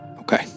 Okay